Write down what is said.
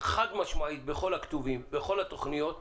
חד משמעית בכל הכתובים, בכל התוכניות,